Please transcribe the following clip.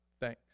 thanks